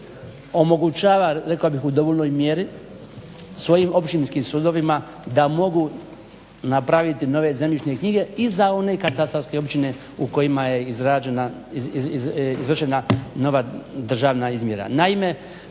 ne omogućava, rekao bih u dovoljnoj mjeri svojim općinskim sudovima da mogu napraviti nove zemljišne knjige i za one katastarske općine u kojima je izvršena nova državna izmjera.